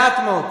מעט מאוד.